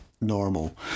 normal